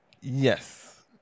Yes